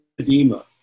edema